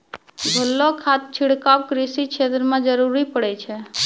घोललो खाद छिड़काव कृषि क्षेत्र म जरूरी पड़ै छै